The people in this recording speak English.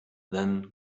then